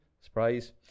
surprise